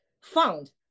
found